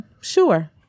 sure